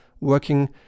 working